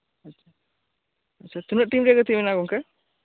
ᱟᱪᱪᱷᱟ ᱟᱪᱪᱷᱟ ᱛᱤᱱᱟᱹᱜ ᱴᱤᱢ ᱨᱮᱭᱟᱜ ᱜᱟᱛᱮᱜ ᱢᱮᱱᱟᱜᱼᱟ ᱜᱚᱝᱠᱮ